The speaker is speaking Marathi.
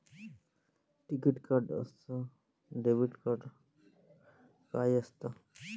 टिकीत कार्ड अस डेबिट कार्ड काय असत?